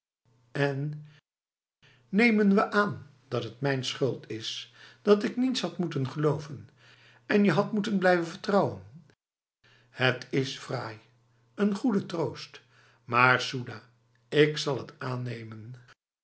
en nemen we aan dat het mijn schuld is dat ik niets had moeten geloven en je had moeten blijven vertrouwen het is fraai een goede troost maar soedah ik zal het aannemen